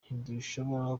ntidushobora